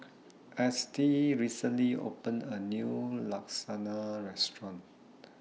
Estie recently opened A New Lasagna Restaurant